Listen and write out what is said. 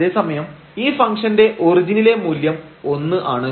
അതേസമയം ഈ ഫംഗ്ഷൻറെ ഒറിജിനിലെ മൂല്യം ഒന്ന് ആണ്